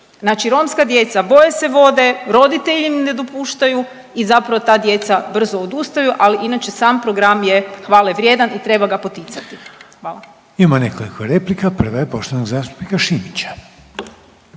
Znači romska djeca, boje se vode, roditelji im ne dopuštaju i zapravo ta djeca brzo odustaju, ali inače sam program je hvale vrijedan i treba ga poticati. **Reiner, Željko (HDZ)** Imamo nekoliko replika, prva je poštovanog zastupnika Šimića.